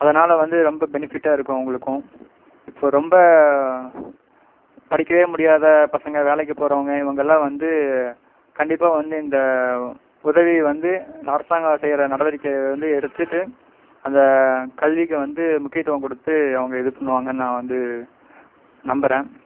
அதனால் வந்து ரொம்ப பெனிஃபிட்டாயிருக்கும் அவங்களுக்கும் இப்போது ரொம்ப படிக்கவே முடியாத பசங்க வேலைக்கு போறவங்க இவங்கள்லாம் வந்து கண்டிப்பாக வந்து இந்த உதவி வந்து அரசாங்கம் செய்கிற நடவடிக்கையை வந்து எடுத்துகிட்டு அந்த கல்விக்கு வந்து முக்கியத்துவம் கொடுத்து அவங்க இது பண்ணுவாங்கன்னு நான் வந்து நம்புறேன்